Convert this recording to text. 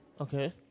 Okay